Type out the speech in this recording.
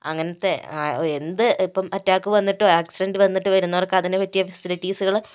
അങ്ങനത്തെ എന്ത് ഇപ്പൊ അറ്റാക്ക് വന്നിട്ടോ ആക്സിഡന്റ് വന്നിട്ട് വരുന്നവര്ക്ക് അതിനു പറ്റിയ ഫെസിലിറ്റീസുകള്